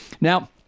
Now